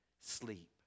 sleep